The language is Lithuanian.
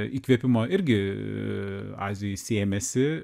įkvėpimo irgi azijoj sėmėsi